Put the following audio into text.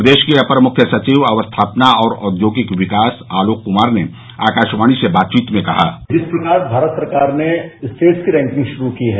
प्रदेश के अपर मुख्य सचिव अवस्थापना और औद्योगिक विकास आलोक क्मार ने आकाशवाणी से बातचीत में कहा जिस प्रकार भारत सरकार ने स्टेट्स की रैंकिंग शुरू की है